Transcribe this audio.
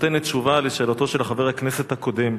נותנת תשובה על שאלתו של חבר הכנסת הקודם.